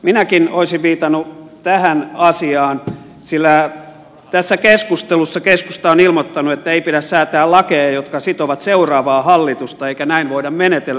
minäkin olisin viitannut tähän asiaan sillä tässä keskustelussa keskusta on ilmoittanut että ei pidä säätää lakeja jotka sitovat seuraavaa hallitusta eikä näin voida menetellä